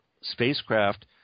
spacecraft